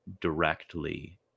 directly